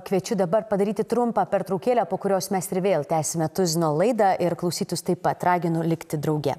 kviečiu dabar padaryti trumpą pertraukėlę po kurios mes ir vėl tęsime tuzino laidą ir klausytojus taip pat raginu likti drauge